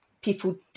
people